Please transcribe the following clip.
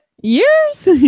years